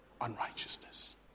unrighteousness